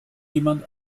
jemand